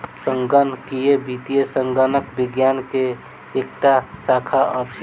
संगणकीय वित्त संगणक विज्ञान के एकटा शाखा अछि